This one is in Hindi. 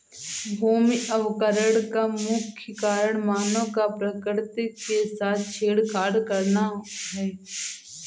भूमि अवकरण का मुख्य कारण मानव का प्रकृति के साथ छेड़छाड़ करना है